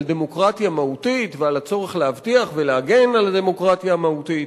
על דמוקרטיה מהותית ועל הצורך להבטיח ולהגן על הדמוקרטיה המהותית.